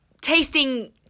tasting